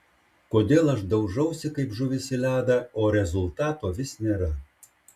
kodėl aš daužausi kaip žuvis į ledą o rezultato vis nėra